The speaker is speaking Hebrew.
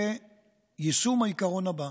כיישום העיקרון הבא: